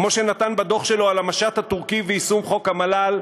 כמו שנתן בדוח שלו על המשט הטורקי ויישום חוק המל"ל,